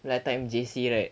mula J_C right